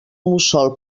mussol